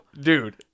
dude